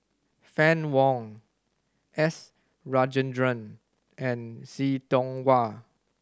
Fann Wong S Rajendran and See Tiong Wah